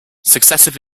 successive